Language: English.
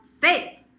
faith